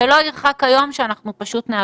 אנחנו יותר קטנים,